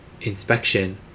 inspection